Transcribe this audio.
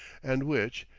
and which,